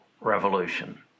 revolution